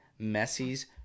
Messi's